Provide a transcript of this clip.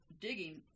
digging